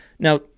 Now